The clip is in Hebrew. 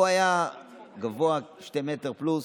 הוא היה גבוה, 2 מטרים פלוס,